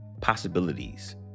possibilities